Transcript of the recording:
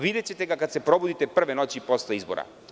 Videćete ga kada se probudite prve noći posle izbora.